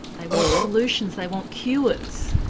they want solutions, they want cures?